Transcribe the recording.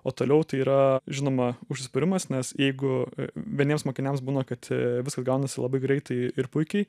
o toliau tai yra žinoma užsispyrimas nes jeigu vieniems mokiniams būna kad viskas gaunasi labai greitai ir puikiai